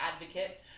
advocate